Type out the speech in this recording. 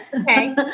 Okay